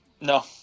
no